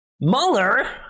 Mueller